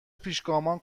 پیشگامان